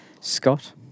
Scott